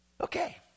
Okay